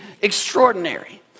extraordinary